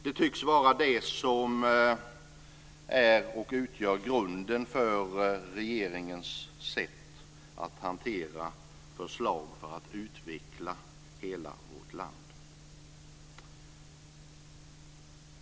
Det tycks vara det som utgör grunden för regeringens sätt att hantera förslag för att utveckla hela vårt land.